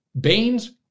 Baines